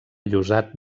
llosat